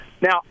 Now